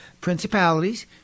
Principalities